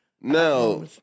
now